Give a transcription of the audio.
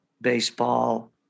baseball